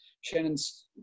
Shannon's